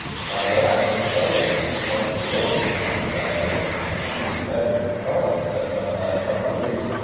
and by the way, i think it's doubly amusing for him to still be complaining about a negative campaign. if you've had your television sets on the last couple of weeks,